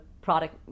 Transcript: product